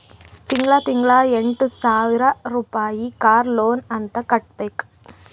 ತಿಂಗಳಾ ತಿಂಗಳಾ ಎಂಟ ಸಾವಿರ್ ರುಪಾಯಿ ಕಾರ್ ಲೋನ್ ಅಂತ್ ಕಟ್ಬೇಕ್